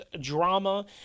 drama